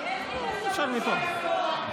אתה הנוכל.